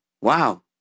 wow